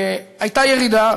הייתה ירידה,